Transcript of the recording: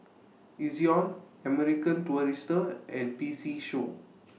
Ezion American Tourister and P C Show